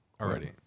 already